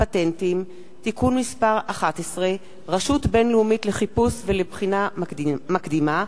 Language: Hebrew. הפטנטים (תיקון מס' 11) (רשות בין-לאומית לחיפוש ולבחינה מקדימה),